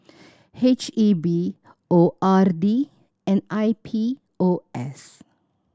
H E B O R D and I P O S